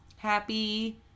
Happy